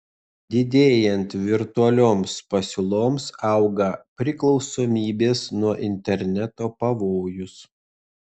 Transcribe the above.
didėjant virtualioms pasiūloms auga priklausomybės nuo interneto pavojus